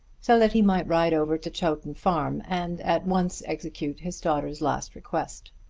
so that he might ride over to chowton farm and at once execute his daughter's last request.